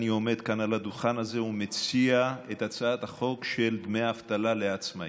אני עומד כאן על הדוכן הזה ומציע את הצעת החוק של דמי אבטלה לעצמאים,